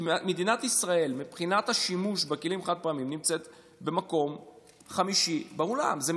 כי ישראל נמצאת במקום חמישי בעולם בשימוש בכלים חד-פעמיים.